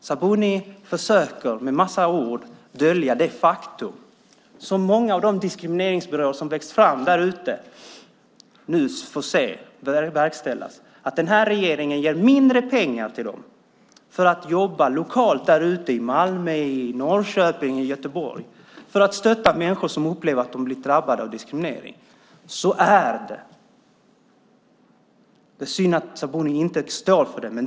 Sabuni försöker med en massa ord att dölja det faktum som många av de diskrimineringsbyråer som har vuxit fram nu får erfara, nämligen att den här regeringen ger mindre pengar åt dem för att jobba lokalt i Malmö, Norrköping eller Göteborg för att stötta människor som upplever att de blivit drabbade av diskriminering. Så är det. Det är synd att Sabuni inte står för det.